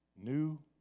new